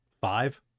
five